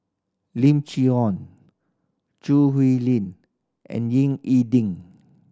Lim Chee Ong Choo Hwee Lim and Ying E Ding